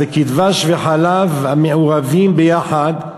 זה כדבש וחלב המעורבים יחד.